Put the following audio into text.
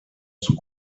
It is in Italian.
sul